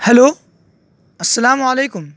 hello السلام علیکم